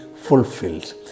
fulfilled